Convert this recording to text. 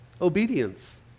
Obedience